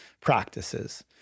practices